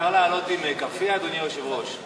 אפשר לעלות עם כאפיה, אדוני היושב-ראש?